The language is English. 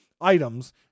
items